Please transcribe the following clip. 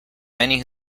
many